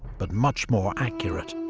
but much more accurate.